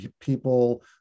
people